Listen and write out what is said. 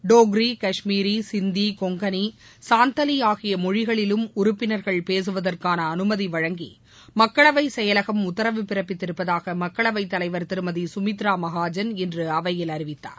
டோக்ரி காஷ்மீரி சிந்தி கொங்கனி சாந்தலி ஆகிய மொழிகளிலும் உறுப்பினர்கள் பேகவதற்கான அனுமதி வழங்கி மக்களவை செயலகம் உத்தரவு பிறப்பித்து இருப்பதாக மக்களவை தலைவர் திருமதி சுமித்ரா மகாஜன் இன்று அவையில் அறிவித்தார்